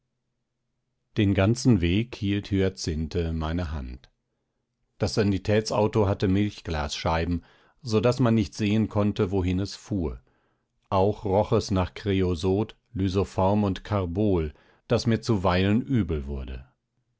den ganzen weg hielt hyazinthe meine hand das sanitätsauto hatte milchglasscheiben so daß man nicht sehen konnte wohin es fuhr auch roch es nach kreosot lysoform und karbol daß mir zuweilen übel wurde